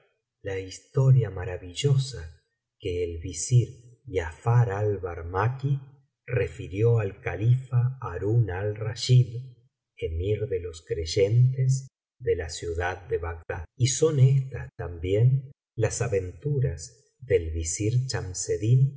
la historia maravillosa que el visir giafar al barmakí refirió al califa harün alrachid emir de los creyentes de la ciudad de bagdad y son estas también las aventuras del visir